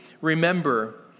remember